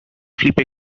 flip